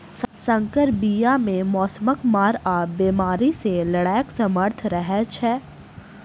सँकर बीया मे मौसमक मार आ बेमारी सँ लड़ैक सामर्थ रहै छै